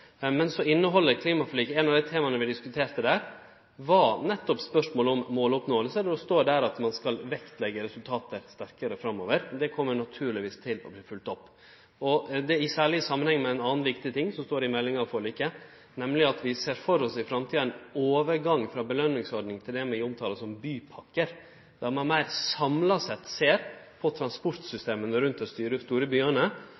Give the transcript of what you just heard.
av dei tema vi diskuterte i klimaforliket, var nettopp spørsmålet om måloppnåing. Det står i meldinga at ein skal leggje sterkare vekt på resultata framover. Det kjem naturlegvis til å verte følgt opp, særleg i samanheng med ein annan viktig ting som står i meldinga om forliket, nemleg at vi i framtida ser for oss ein overgang frå belønningsordning til det vi omtaler som bypakker, der ein meir samla ser på transportsystema rundt dei store byane